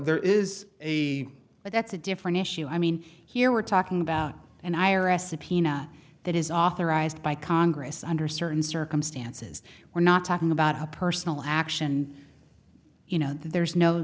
there is a but that's a different issue i mean here we're talking about and i or a subpoena that is authorized by congress under certain circumstances we're not talking about a personal action you know there's no